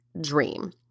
dream